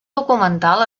documental